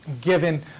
given